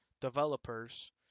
Developers